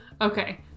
Okay